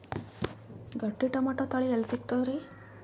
ಗಟ್ಟಿ ಟೊಮೇಟೊ ತಳಿ ಎಲ್ಲಿ ಸಿಗ್ತರಿ?